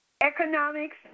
Economics